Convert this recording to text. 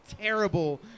terrible